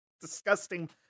disgusting